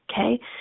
okay